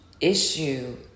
issue